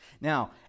Now